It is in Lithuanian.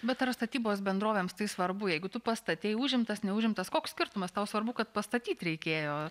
bet ar statybos bendrovėms tai svarbu jeigu tu pastatei užimtas neužimtas koks skirtumas tau svarbu kad pastatyt reikėjo